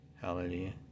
Hallelujah